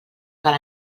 cal